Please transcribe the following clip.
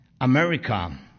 America